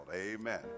amen